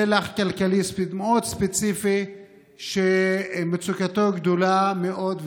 אני אדבר על פלח כלכלי מאוד ספציפי שמצוקתו גדולה מאוד,